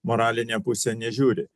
moralinę pusę nežiūri